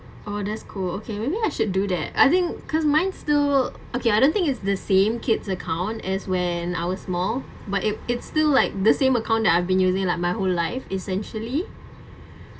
oh that's cool okay I should do that I think because mine still okay I don't think is the same kid's account as when I was small but it it's still like the same account that I've been using like my whole life essentially